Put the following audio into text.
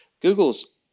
google's